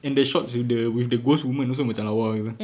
and the shots with the with the ghost woman also macam lawa gitu